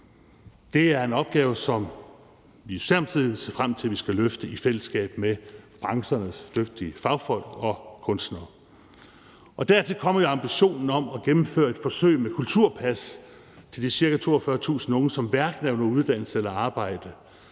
Det er en opgave, som vi i Socialdemokratiet ser frem til at vi skal løfte i fællesskab med branchernes dygtige fagfolk og kunstnere. Dertil kommer jo ambitionen om at gennemføre et forsøg med kulturpas til de ca. 42.000 unge, som hverken er under uddannelse eller i arbejde.